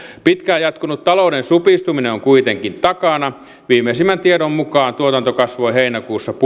pitkään jatkunut talouden supistuminen on kuitenkin takana viimeisimmän tiedon mukaan tuotanto kasvoi heinäkuussa